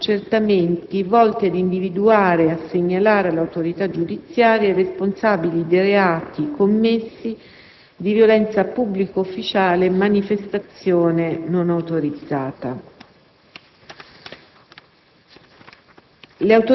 avviando i necessari accertamenti volti ad individuare e segnalare all'autorità giudiziaria i responsabili dei reati commessi di violenza a pubblico ufficiale e manifestazione non autorizzata.